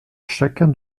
chacun